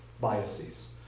biases